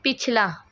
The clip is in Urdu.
پچھلا